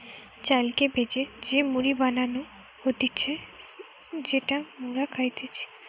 চালকে ভেজে যে মুড়ি বানানো হতিছে যেটা মোরা খাইতেছি